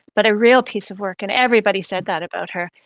but a real piece of work and everybody said that about her.